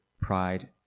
pride